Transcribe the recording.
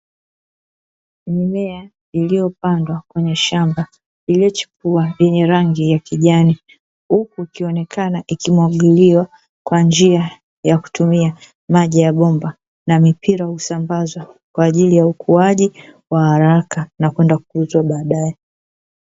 Mimea iliyopandwa kwenye shamba, iliyochipua yenye rangi ya kijani; huku ikionekana ikimwagiliwa kwa njia ya kutumia maji ya bomba na mipira husambazwa kwa ajili ya ukuaji wa haraka na kwenda kuuzwa baadaye.